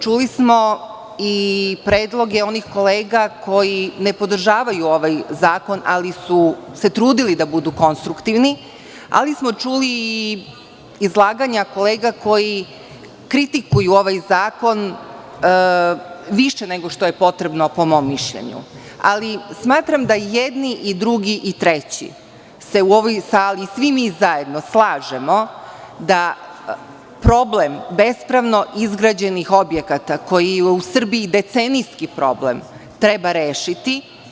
Čuli smo i predloge onih kolega koji ne podržavaju ovaj zakon, ali su se trudili da budu konstruktivni, ali smo čuli i izlaganja kolega koji kritikuju ovaj zakon više nego što je potrebno, po mom mišljenju, ali smatram da i jedini i drugi i treći se u ovoj sali i svi mi zajedno slažemo da problem bespravno izgrađenih objekata koji je u Srbiji decenijski problem treba rešiti.